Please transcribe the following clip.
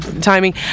timing